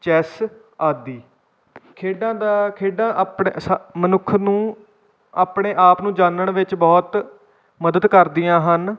chess ਆਦਿ ਖੇਡਾਂ ਦਾ ਖੇਡਾਂ ਆਪਣੇ ਸ ਮਨੁੱਖ ਨੂੰ ਆਪਣੇ ਆਪ ਨੂੰ ਜਾਣਨ ਵਿੱਚ ਬਹੁਤ ਮਦਦ ਕਰਦੀਆਂ ਹਨ